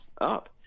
up